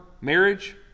marriage